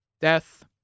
Death